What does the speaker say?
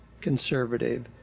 conservative